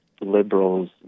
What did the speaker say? liberals